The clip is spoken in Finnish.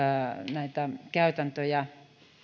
näitä käytäntöjä